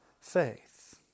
faith